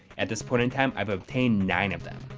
at this point in time, i've obtained nine of them.